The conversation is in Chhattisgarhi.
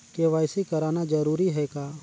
के.वाई.सी कराना जरूरी है का?